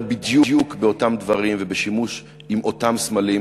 בדיוק באותם דברים ובשימוש באותם סמלים,